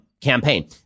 Campaign